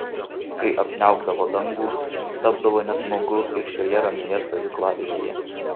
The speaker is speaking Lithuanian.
kai apniaukdavo dangų tapdavo nesmagu ir šioje ramioje stovyklavietėje